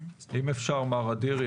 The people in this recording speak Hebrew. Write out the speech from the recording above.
אם אפשר מר אדירי,